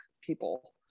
people